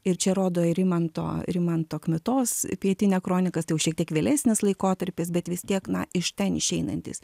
ir čia rodo ir rimanto rimanto kmitos pietinia kronikas tai jau šiek tiek vėlesnis laikotarpis bet vis tiek na iš ten išeinantis